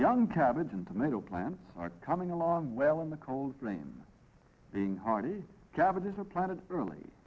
young cabbage and tomato plants are coming along well in the cold rain being hardy cabbages are planted early